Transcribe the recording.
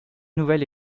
nouvelle